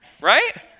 right